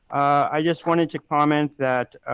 i just wanted to comment that